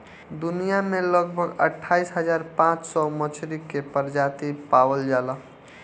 दुनिया में लगभग अट्ठाईस हज़ार पाँच सौ मछरी के प्रजाति पावल जाला